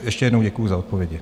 Ještě jednou děkuji za odpovědi.